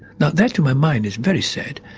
now that to my mind is very sad.